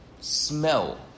smell